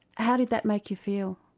how did that make you feel?